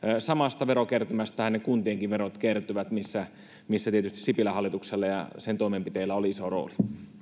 samasta verokertymästähän ne kuntienkin verot kertyvät missä missä tietysti sipilän hallituksella ja sen toimenpiteillä oli iso rooli